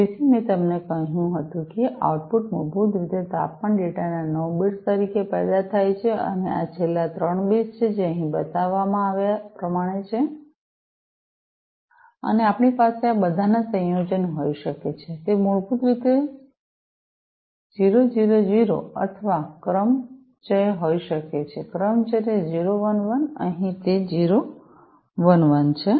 તેથી મેં તમને કહ્યું હતું કે આઉટપુટ મૂળભૂત રીતે તાપમાન ડેટાના 9 બીટ્સ તરીકે પેદા થાય છે અને આ છેલ્લા ત્રણ બિટ્સ છે જે અહીં બતાવ્યા પ્રમાણે છે અને આપણી પાસે આ બધાંનો સંયોજન હોઈ શકે છે તે મૂળભૂત રીતે 000 અથવા ક્રમચય હોઈ શકે છે ક્રમચય 011 અહીં તે 011 છે